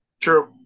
True